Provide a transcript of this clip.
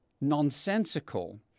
nonsensical